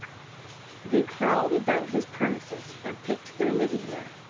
they prowled about his premises and picked their living there,